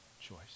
choice